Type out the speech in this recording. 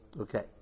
Okay